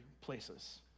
places